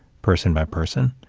person by person,